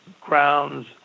grounds